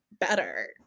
better